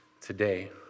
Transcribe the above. today